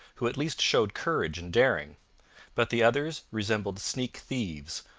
who at least showed courage and daring but the others resembled sneak thieves,